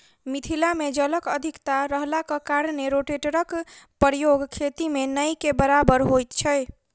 मिथिला मे जलक अधिकता रहलाक कारणेँ रोटेटरक प्रयोग खेती मे नै के बराबर होइत छै